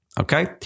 okay